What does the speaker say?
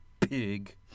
pig